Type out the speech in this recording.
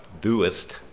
doest